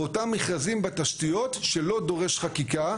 באותם מכרזים בתשתיות שלא דורשים חקיקה,